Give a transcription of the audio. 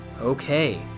Okay